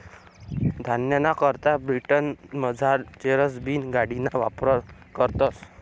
धान्यना करता ब्रिटनमझार चेसर बीन गाडिना वापर करतस